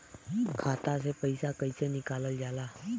खाता से पैसा कइसे निकालल जाला?